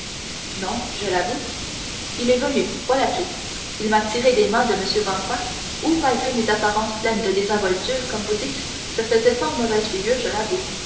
non je l'avoue il est venu voilà tout il m'a tiré des mains de m vampa où malgré mes apparences pleines de désinvolture comme vous dites je faisais fort mauvaise figure je l'avoue